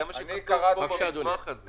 זה מה שכתוב במסמך הזה.